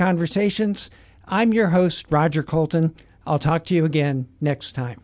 conversations i'm your host roger coulton i'll talk to you again next time